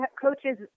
coaches